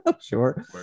Sure